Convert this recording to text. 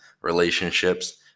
relationships